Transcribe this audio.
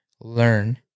learn